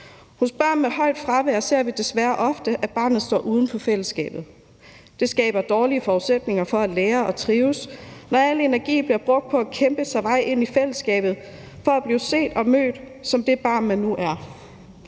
Hos børn med højt fravær ser vi desværre ofte, at barnet står uden for fællesskabet. Det skaber dårlige forudsætninger for at lære og trives, når al energien bliver brugt på at kæmpe sig vej ind i fællesskabet for at blive set og mødt som det barn, man nu er.